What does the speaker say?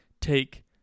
take